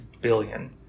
billion